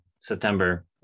september